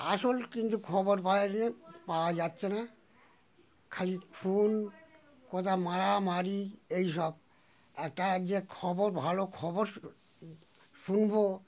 আসল কিন্তু খবর পাই যে পাওয়া যাচ্ছে না খালি খুন কোথায় মারামারি এই সব একটা এক যে খবর ভালো খবর শুনবো